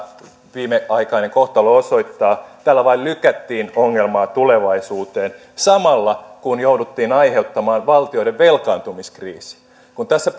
viimeaikainen kohtalo osoittaa tällä vain lykättiin ongelmaa tulevaisuuteen samalla kun jouduttiin aiheuttamaan valtioiden velkaantumiskriisi kun tässä